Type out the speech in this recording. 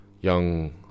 young